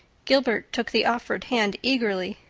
gilbert took the offered hand eagerly.